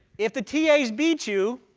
if the tas beat you,